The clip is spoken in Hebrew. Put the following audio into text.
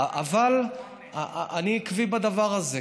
אבל אני עקבי בדבר הזה.